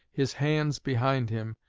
his hands behind him,